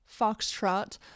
Foxtrot